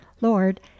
lord